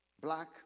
black